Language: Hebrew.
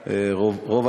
כולם.